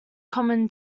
common